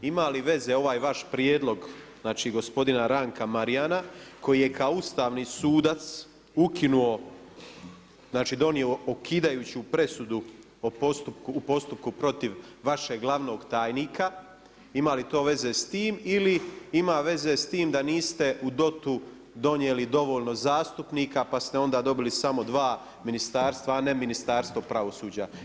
Ima li veze ovaj vaš prijedlog gospodina Ranka Marijana koji je kao ustavni sudac ukinuo, znači donio ukidajuću presudu u postupku protiv vašeg glavnog tajnika, ima li to veze s tim ili ima veze s tim da niste u DOT-u donijeli dovoljno zastupnika pa ste onda dobili samo dva ministarstva, a ne Ministarstvo pravosuđa?